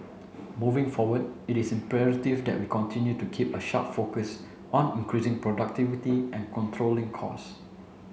moving forward it is imperative that we continue to keep a sharp focus on increasing productivity and controlling costs